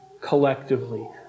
collectively